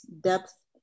depth